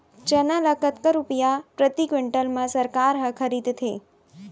चना ल कतका रुपिया प्रति क्विंटल म सरकार ह खरीदथे?